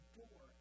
door